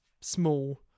small